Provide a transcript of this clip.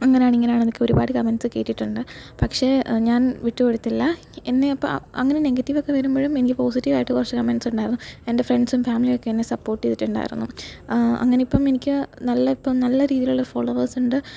അങ്ങനാണ് ഇങ്ങനാണ് എന്നൊക്കെ ഒരുപാട് കമെൻസ് കേട്ടിട്ടുണ്ട് പക്ഷെ ഞാൻ വിട്ടുകൊടുത്തില്ല എന്നെ ഇപ്പോള് അങ്ങനെ നെഗറ്റീവൊക്കെ വരുമ്പോഴും എനിക്ക് പോസിറ്റീവ് ആയിട്ട് കുറച്ചു കമെൻസ് ഉണ്ടായിരുന്നു എൻ്റെ ഫ്രണ്ട്സും ഫാമിലിയൊക്കെ എന്നെ സപ്പോർട്ട് ചെയ്തിട്ടുണ്ടായിരുന്നു അങ്ങനെ ഇപ്പോള് എനിക്ക് നല്ല ഇപ്പോള് നല്ല രീതിയിലുള്ള ഫോളോവേഴ്സുണ്ട്